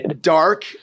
dark